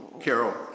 Carol